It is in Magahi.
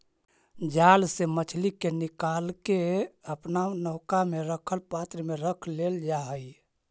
जाल से मछली के निकालके अपना नौका में रखल पात्र में रख लेल जा हई